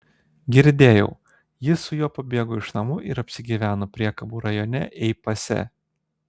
girdėjau ji su juo pabėgo iš namų ir apsigyveno priekabų rajone ei pase